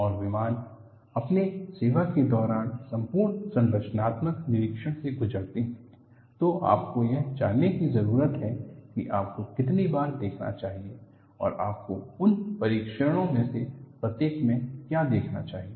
और विमान अपने सेवा के दौरान संपूर्ण संरचनात्मक निरीक्षण से गुजरते हैं तो आपको यह जानने की जरूरत है कि आपको कितनी बार देखना चाहिए और आपको उन निरीक्षणों में से प्रत्येक में क्या देखना चाहिए